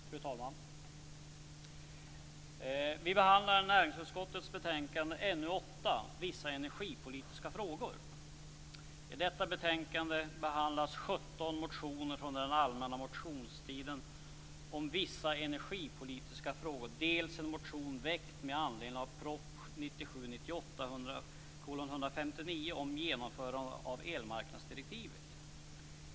Fru talman! Vi behandlar näringsutskottets betänkande NU8, Vissa energipolitiska frågor. I detta betänkande behandlas dels 17 motioner från den allmänna motionstiden om vissa energipolitiska frågor, dels en motion som väckts med anledning av proposition 1997/98:159 om genomförande av elmarknadsdirektivet.